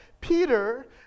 Peter